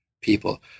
people